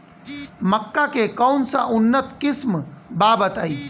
मक्का के कौन सा उन्नत किस्म बा बताई?